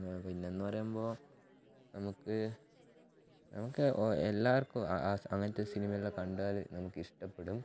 പിന്നെ എന്ന് പറയുമ്പോൾ നമുക്ക് നമുക്ക് എല്ലാവർക്കും അങ്ങനത്തെ സിനിമ എല്ലാം കണ്ടാൽ നമുക്ക് ഇഷ്ടപ്പെടും